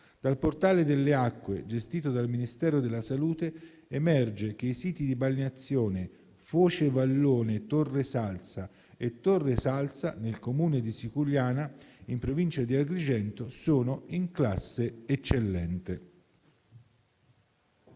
Dal portale delle acque gestito dal Ministero della salute emerge che i siti di balneazione Foce Vallone e Torre Salsa, nel Comune di Siculiana, in provincia di Agrigento, sono in classe eccellente.